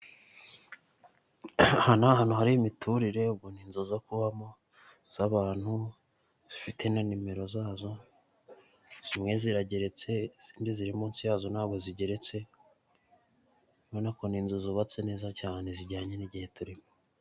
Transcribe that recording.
Aha ni ahantu hari imiturire ubwo ni inzo zo kubamo z'abantu zifite na nimero zazo, zimwe zirageretse izindi ziri munsi yazo ntago zigeretse ubona ko ni inzu zubatse neza cyane zijyanye n'igihe turimo.